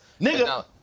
Nigga